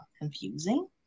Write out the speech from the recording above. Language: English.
confusing